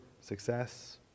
success